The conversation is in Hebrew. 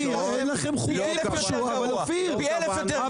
היה ביום ראשון.